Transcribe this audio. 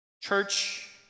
Church